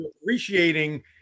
appreciating